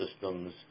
systems